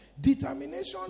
Determination